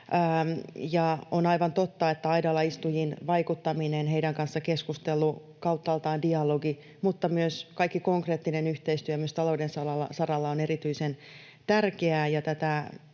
On aivan totta, että aidalla istujiin vaikuttaminen, heidän kanssaan keskustelu, kauttaaltaan dialogi, mutta myös kaikki konkreettinen yhteistyö myös talouden saralla on erityisen tärkeää,